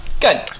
good